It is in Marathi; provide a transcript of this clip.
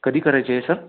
कधी करायची आहे सर